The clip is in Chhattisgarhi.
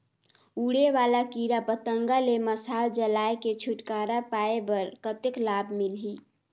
उड़े वाला कीरा पतंगा ले मशाल जलाय के छुटकारा पाय बर कतेक लाभ मिलही?